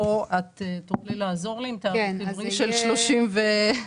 פה את תוכלי לעזור לי עם תאריך עברי של 30 ביוני?